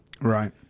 Right